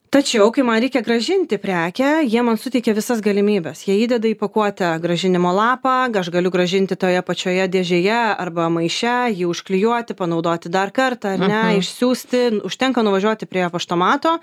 tačiau kai man reikia grąžinti prekę jie man suteikia visas galimybes jie įdeda į pakuotę grąžinimo lapą aš galiu grąžinti toje pačioje dėžėje arba maiše jį užklijuoti panaudoti dar kartą ar ne išsiųsti užtenka nuvažiuoti prie paštomato